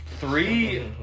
Three